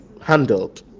handled